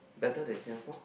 better than Singapore